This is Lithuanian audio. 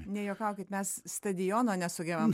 nejuokaukit mes stadiono nesugebam